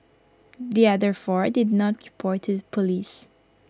the other four did not report to Police